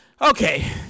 Okay